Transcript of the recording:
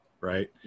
Right